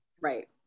Right